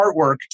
artwork